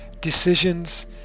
Decisions